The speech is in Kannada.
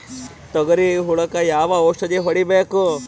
ತೊಗರಿ ಹುಳಕ ಯಾವ ಔಷಧಿ ಹೋಡಿಬೇಕು?